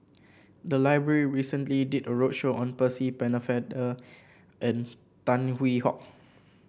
the library recently did a roadshow on Percy Pennefather and Tan Hwee Hock